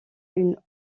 une